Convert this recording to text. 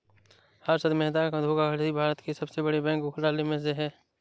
हर्षद मेहता धोखाधड़ी भारत के सबसे बड़े बैंक घोटालों में से है